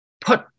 put